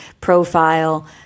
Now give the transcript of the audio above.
profile